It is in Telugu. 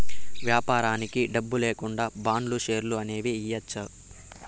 వ్యాపారానికి డబ్బు లేకుండా బాండ్లు, షేర్లు అనేవి ఇయ్యచ్చు